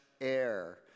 air